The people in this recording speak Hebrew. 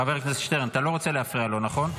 חבר הכנסת שטרן, אתה לא רוצה להפריע לו, נכון?